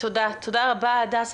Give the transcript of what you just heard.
תודה רבה, הדס.